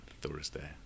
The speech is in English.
Thursday